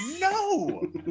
No